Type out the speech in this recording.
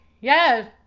Yes